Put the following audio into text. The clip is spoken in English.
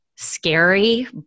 scary